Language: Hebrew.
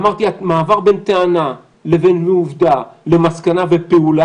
אמרתי שהמעבר בין טענה לבין עובדה למסקנה ופעולה,